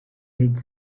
age